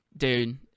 Dude